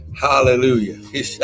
Hallelujah